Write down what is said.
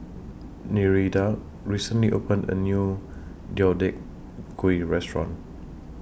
Nereida recently opened A New Deodeok Gui Restaurant